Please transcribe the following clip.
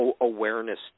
awareness